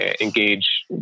engage